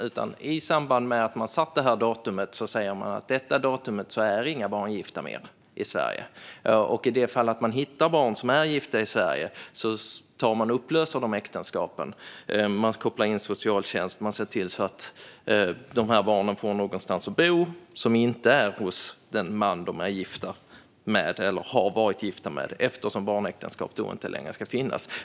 Utan i samband med att man sätter ett datum säger man att från och med detta datum är inga barn i Sverige längre gifta. Om man skulle hitta barn i Sverige som är gifta upplöser man dessa äktenskap och kopplar in socialtjänsten för att se till att dessa barn får någonstans där de kan bo och som inte är hos den man de har varit gifta med, eftersom barnäktenskap inte längre ska finnas.